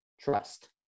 trust